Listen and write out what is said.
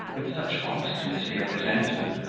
with such obstinacy of resentment,